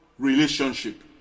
relationship